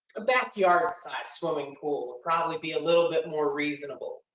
a backyard size swimming pool probably be a little bit more reasonable.